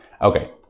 okay